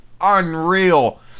unreal